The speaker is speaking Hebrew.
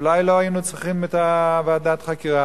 אולי לא היינו צריכים את ועדת החקירה